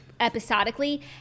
Episodically